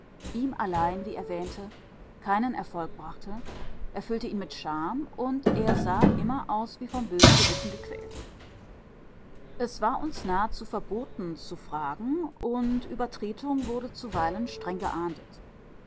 ihm allein wie er wähnte keinen erfolg brachte erfüllte ihn mit scham und er sah immer aus wie vom bösen gewissen gequält es war uns geradezu verboten zu fragen und übertretung wurde zuweilen streng geahndet